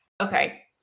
okay